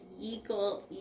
Eagle